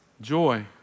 joy